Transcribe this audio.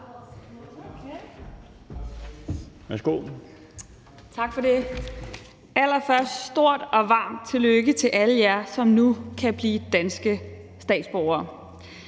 Tak for det. Allerførst vil jeg sige et stort og varmt tillykke til alle jer, som nu kan blive danske statsborgere.